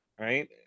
right